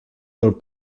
del